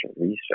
research